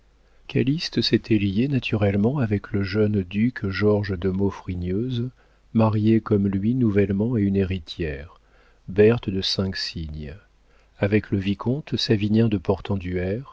passion calyste s'était lié naturellement avec le jeune duc georges de maufrigneuse marié comme lui nouvellement à une héritière berthe de cinq cygne avec le vicomte savinien de